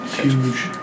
Huge